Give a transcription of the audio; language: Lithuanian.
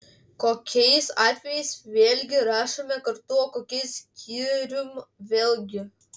kokiais atvejais vėlgi rašome kartu o kokiais skyrium vėl gi